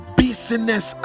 business